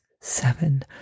seven